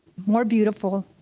more beautiful,